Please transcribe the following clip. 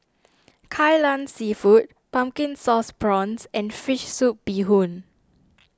Kai Lan Seafood Pumpkin Sauce Prawns and Fish Soup Bee Hoon